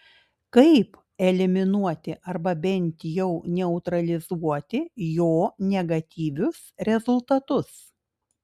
kaip eliminuoti arba bent jau neutralizuoti jo negatyvius rezultatus